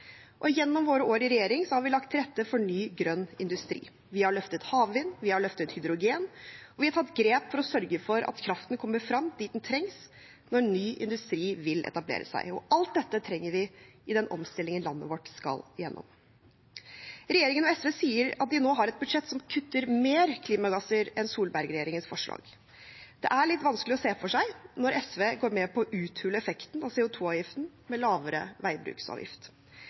våre år i regjering har vi lagt til rette for ny grønn industri. Vi har løftet havvind, vi har løftet hydrogen, og vi har tatt grep for å sørge for at kraften kommer frem dit den trengs når ny industri vil etablere seg. Alt dette trenger vi i den omstillingen landet vårt skal gjennom. Regjeringen og SV sier at de nå har et budsjett som kutter mer klimagasser enn Solberg-regjeringens forslag. Det er litt vanskelig å se for seg når SV går med på å uthule effekten av CO 2 - avgiften med lavere veibruksavgift.